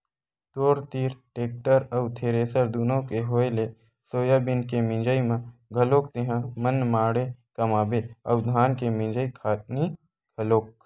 तोर तीर टेक्टर अउ थेरेसर दुनो के होय ले सोयाबीन के मिंजई म घलोक तेंहा मनमाड़े कमाबे अउ धान के मिंजई खानी घलोक